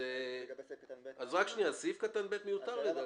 סעיף (ב) מיותר לדעתי.